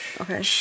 Okay